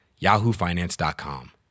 yahoofinance.com